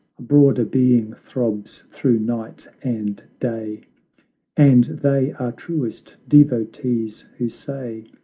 a broader being throbs through night and day and they are truest devotees who say,